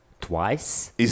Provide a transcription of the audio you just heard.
twice